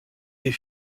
des